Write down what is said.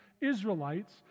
Israelites